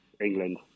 England